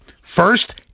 First